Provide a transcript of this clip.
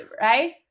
right